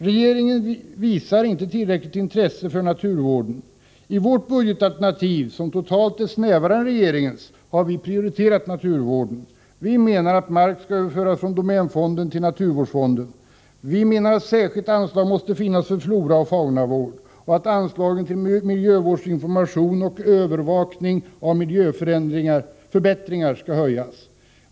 Regeringen visar inte tillräckligt intresse för naturvården. I vårt budgetalternativ, som totalt är snävare än regeringens, har vi prioriterat naturvården. Vi menar att mark skall överföras från Domänfonden till Naturvårdsfonden. Vi menar att ett särskilt anslag måste finnas för floraoch faunavård och att anslagen till miljövårdsinformation och övervakning av miljöförändringar skall höjas.